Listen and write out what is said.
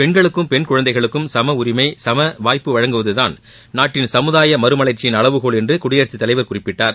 பெண்களுக்கும் பெண் குழந்தைகளுக்கும் சமஉரிமை சமவாய்ப்பு வழங்குவதுதான் நாட்டின் சமுதாய மறுமலர்ச்சியின் அளவுகோல் என்று குடியரசு தலைவர் குறிப்பிட்டார்